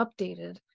updated